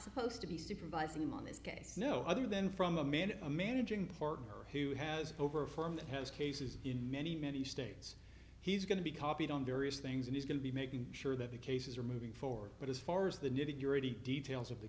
supposed to be supervising him on this case no other than from a man a managing partner who has over a firm that has cases in many many states he's going to be copied on various things and he's going to be making sure that the cases are moving forward but as far as the need that you're ready details of the